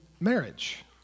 marriage